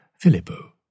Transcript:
Filippo